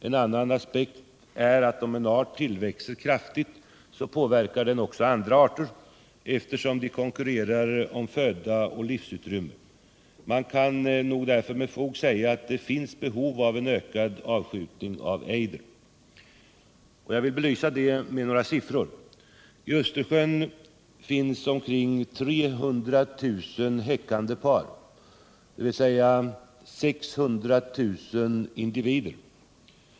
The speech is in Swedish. En annan aspekt är att om en art tillväxer kraftigt påverkar den också andra arter eftersom de konkurrerar om födan och livsutrymmet. Det kan nog därför med fog sägas att det finns behov av ökad avskjutning av ejder. Och jag vill belysa det med några siffror. I Östersjön finns omkring 300 000 häckande par, dvs. 600 000 individer.